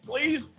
please